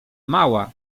mała